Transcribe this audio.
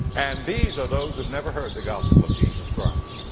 and these are those who've never heard the gospel of jesus christ.